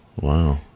wow